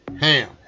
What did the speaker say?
ham